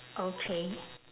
okay